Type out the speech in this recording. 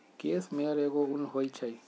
case मेयर एगो उन होई छई